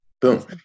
Boom